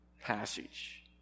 passage